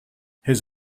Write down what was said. his